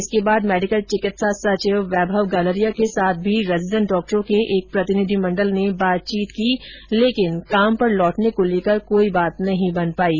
इसके बाद मेडिकल चिकित्सा सचिव वैभव गालरिया के साथ भी रेजीडेंट डॉक्टरों के एक प्रतिनिधि मंडल ने बातचीत की लेकिन काम पर लौटने को लेकर कोई बात नहीं बन पायी